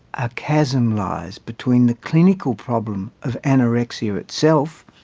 a chasm lies between the clinical problem of anorexia itself,